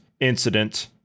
incident